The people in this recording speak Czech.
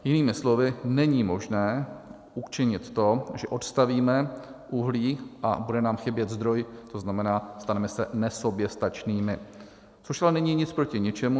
Jinými slovy není možné učinit to, že odstavíme uhlí a bude nám chybět zdroj, to znamená, staneme se nesoběstačnými, což ale není nic proti ničemu.